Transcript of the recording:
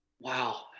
wow